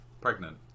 Pregnant